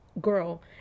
girl